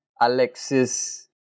Alexis